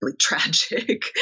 tragic